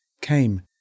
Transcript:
came